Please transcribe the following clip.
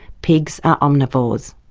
pigs are omnivores.